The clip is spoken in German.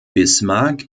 bismarck